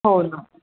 हो ना